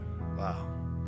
Wow